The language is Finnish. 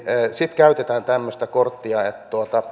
sitten käytetään tämmöistä korttia